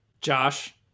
Josh